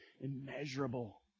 immeasurable